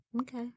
okay